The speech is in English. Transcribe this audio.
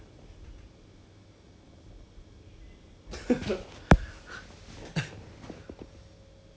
该次 when you are sick of your chocolate milk and your soy milk and your err the banana milk then